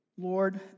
Lord